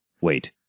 Wait